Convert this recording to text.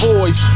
Boys